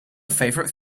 favorite